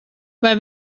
vai